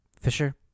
Fisher